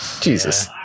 Jesus